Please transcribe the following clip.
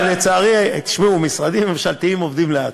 לצערי, תשמעו, משרדים ממשלתיים עובדים לאט.